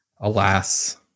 alas